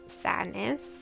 sadness